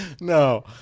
no